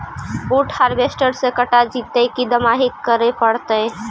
बुट हारबेसटर से कटा जितै कि दमाहि करे पडतै?